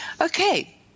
okay